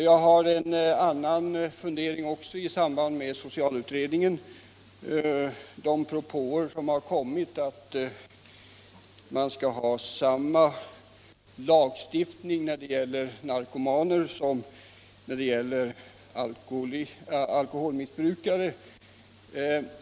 Jag har en annan fundering också i samband med socialutredningen, om de propåer som kommit att man skall ha samma lagstiftning när det gäller narkomaner som när det gäller alkoholmissbrukare.